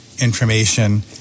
information